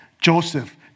Joseph